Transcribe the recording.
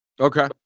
Okay